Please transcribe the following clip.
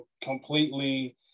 completely